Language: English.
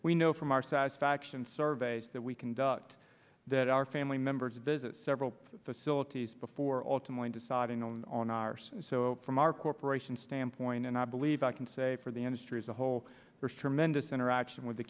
we know from our satisfaction surveys that we conduct that our family members visit several facilities before alternately deciding on ours so from our corporation standpoint and i believe i can say for the industry as a whole there's tremendous interaction with